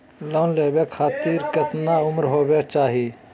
Loan लेवे खातिर केतना उम्र होवे चाही?